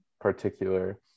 particular